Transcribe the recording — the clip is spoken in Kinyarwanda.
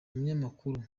umunyamakuru